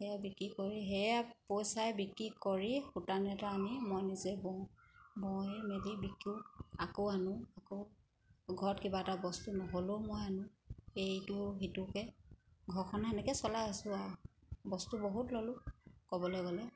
সেয়া বিক্ৰী কৰি সেয়া পইচাই বিক্ৰী কৰি সূতা নেতা আমি মই নিজে বওঁ বৈ মেলি বিকোঁ আকৌ আনোঁ আকৌ ঘৰত কিবা এটা বস্তু নহ'লেও মই আনোঁ সেইটো সিটোকৈ ঘৰখন সেনেকৈ চলাই আছোঁ আৰু বস্তু বহুত ল'লোঁ ক'বলৈ গ'লে